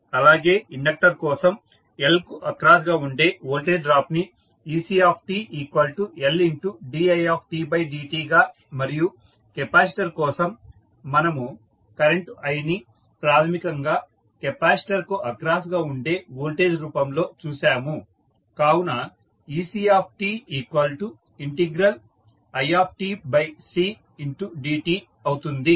అలాగే ఇండక్టర్ కోసం L కు అక్రాస్ గా ఉండే వోల్టేజ్ డ్రాప్ నిeLtLdidt గా మరియు కెపాసిటర్ కోసం మనము కరెంటు iని ప్రాథమికంగా కెపాసిటర్ కు అక్రాస్ గా ఉండే వోల్టేజ్ రూపంలో చూసాము కావున ectiCdt అవుతుంది